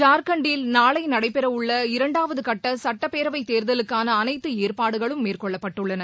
ஜார்க்கண்ட்டில் நாளை நடைபெறவுள்ள இரண்டாவது கட்ட சட்டப்பேரவைத் தேர்தலுக்காள அனைத்து ஏற்பாடுகளும் மேற்கொள்ளப்பட்டுள்ளன